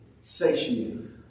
Satiated